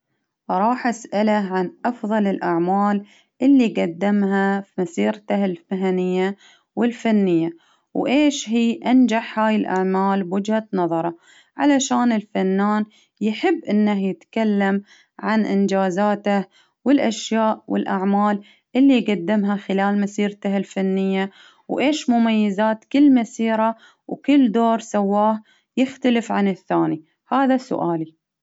راح أسأله عن أفضل الأعمال اللي قدمها مسيرته المهنية والفنية، وإيش هي أنجح الأعمال بوجهة نظره؟ علشان الفنان يحب إنه يتكلم عن إنجازاته ،والأشياء والأعمال اللي يجدمها خلال مسيرته الفنية، وإيش مميزات كل مسيرة، وكل دور سواه يختلف عن الثاني هذا سؤالي.